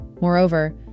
Moreover